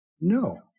No